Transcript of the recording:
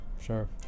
sure